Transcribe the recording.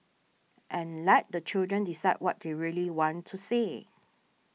and let the children decide what they really want to say